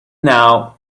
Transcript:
now